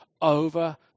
over